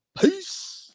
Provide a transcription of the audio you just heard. peace